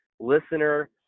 listener